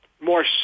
more